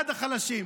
בעד החלשים?